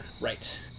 Right